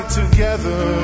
together